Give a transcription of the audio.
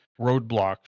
roadblock